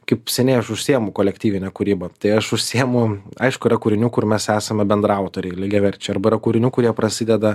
kaip seniai aš užsiimu kolektyvine kūryba tai aš užsiimu aišku yra kūrinių kur mes esame bendraautoriai lygiaverčiai arba yra kūrinių kurie prasideda